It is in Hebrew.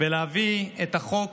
ולהביא את החוק